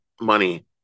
money